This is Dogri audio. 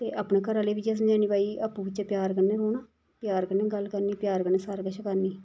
ते अपने घरै आह्ले बी इ'यै समझानी भई आपूं बिच्चें प्यार कन्नै रौह्ना प्यार कन्नै गल्ल करनी प्यार कन्नै सारा किश करनी